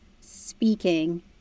speaking